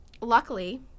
Luckily